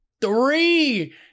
three